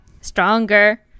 Stronger